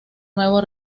nuevo